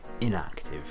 inactive